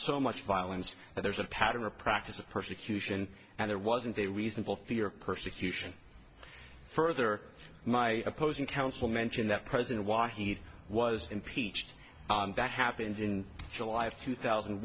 so much violence and there's a pattern or practice of persecution and there wasn't a reasonable fear of persecution further my opposing counsel mention that president wahid was impeached that happened in july of two thousand and